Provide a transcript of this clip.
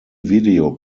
video